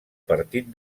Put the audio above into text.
partit